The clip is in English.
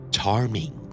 Charming